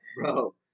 Bro